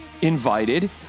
invited